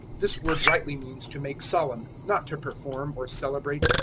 this word rightly means to make solemn, not to perform, or celebrate,